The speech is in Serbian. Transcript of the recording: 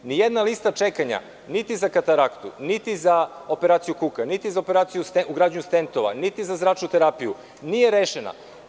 Nijedna lista čekanja, niti za kataraktu, niti za operaciju kuka, niti za operaciju ugradnje stentova, niti za zračnu terapiju, nije rešena.